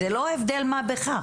זה לא הבדל מה בכך.